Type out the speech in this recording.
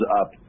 up